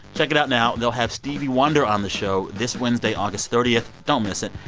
check it out now. they'll have stevie wonder on the show this wednesday, august thirty. ah don't miss it.